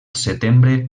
setembre